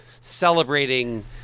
celebrating